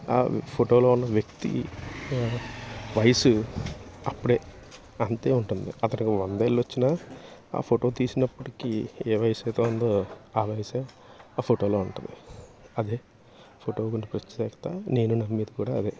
ఆ ఫోటోలో ఉన్న వ్యక్తి వయసు అప్పుడు అంతే ఉంటుంది అతనికి వందేళ్ళొచ్చినా ఆ ఫోటో తీసినప్పటికీ ఏ వయసుయితే ఉందో ఆ వయసే ఆ ఫోటోలో ఉంటుంది అదే ఫోటోకి ఉన్న ప్రత్యేకత నేను నమ్మేది కూడా అదే